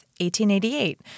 1888